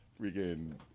Freaking